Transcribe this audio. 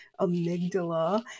amygdala